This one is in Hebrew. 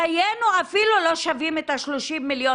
חיינו אפילו לא שווים את ה-30 מיליון